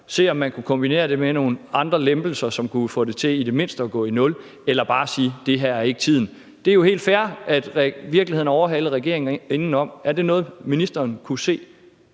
se, om man kunne kombinere det med nogle andre lempelser, som i det mindste kunne få det til at gå i nul, eller bare sige: Det her er ikke tiden. Det er jo helt fair, at virkeligheden overhalede regeringen indenom. Er det noget, ministeren kunne se